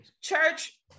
Church